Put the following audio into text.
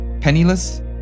Penniless